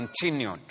continued